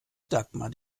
dagmar